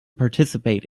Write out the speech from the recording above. participate